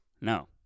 no